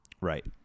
Right